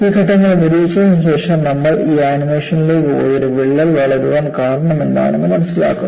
ഈ ഘട്ടങ്ങൾ നിരീക്ഷിച്ചതിന് ശേഷം നമ്മൾ ഈ ആനിമേഷനിലേക്ക് പോയി ഒരു വിള്ളൽ വളരാൻ കാരണമെന്താണെന്ന് മനസിലാക്കുന്നു